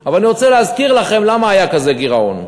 אבל אני רוצה להזכיר לכם למה היה כזה גירעון.